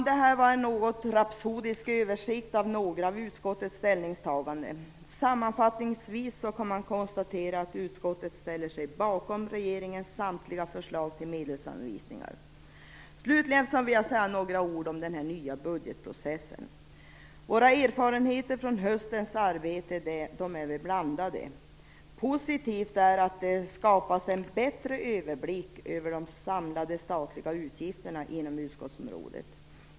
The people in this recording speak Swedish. Det här var en något rapsodisk översikt av några av utskottets ställningstaganden. Sammanfattningsvis kan man konstatera att utskottet ställer sig bakom regeringens samtliga förslag till medelsanvisningar. Slutligen vill jag säga några ord om den nya budgetprocessen. Våra erfarenheter från höstens arbete är blandade. Positivt är att det skapas en bättre överblick över de samlade statliga utgifterna inom utskottsområdet.